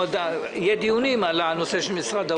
יהיו דיונים על הנושא של משרד האוצר.